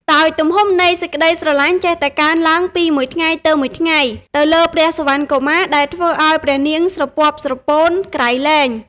ដោយទំហំនៃសេចក្តីស្រឡាញ់ចេះតែកើនឡើងពីមួយថ្ងៃទៅមួយថ្ងៃទៅលើព្រះសុវណ្ណកុមារ ដែលធ្វើឱ្យព្រះនាងស្រពាប់ស្រពោនក្រៃលែង។